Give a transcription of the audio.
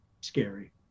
scary